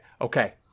Okay